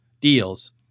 deals